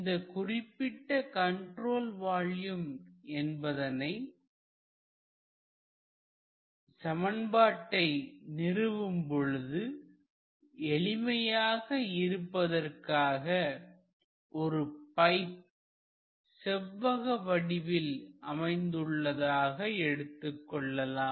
இந்த குறிப்பிட்ட control volume என்பதனை சமன்பாட்டை நிறுவும் பொழுது எளிமையாக இருப்பதற்காக ஒரு பைப் செவ்வக வடிவில் அமைந்துள்ளதாக எடுத்துக்கொள்ளலாம்